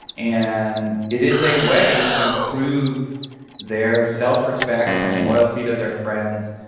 and it is a way to prove their self-respect and loyalty to their friends,